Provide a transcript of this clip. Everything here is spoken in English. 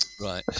right